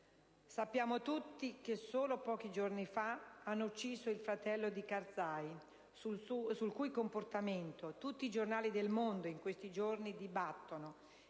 Sappiamo tutti che solo pochi giorni fa hanno ucciso il fratello di Karzai, sul cui comportamento tutti i giornali del mondo in questi giorni dibattono.